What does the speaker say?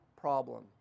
problem